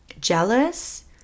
jealous